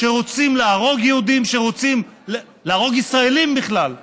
שרוצים להרוג יהודים, שרוצים להרוג ישראלים בכלל,